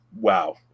wow